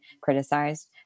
criticized